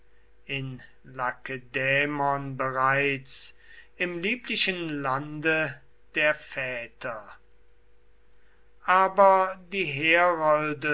in lakedämon bereits im lieben lande der väter aber die herolde